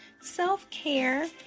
self-care